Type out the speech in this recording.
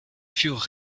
furent